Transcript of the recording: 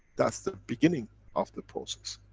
that's the beginning of the process.